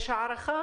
יש הערכה?